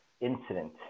incident